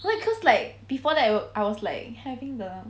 no because like before that I was like having the